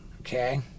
Okay